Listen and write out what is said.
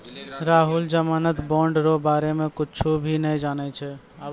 राहुल जमानत बॉन्ड रो बारे मे कुच्छ भी नै जानै छै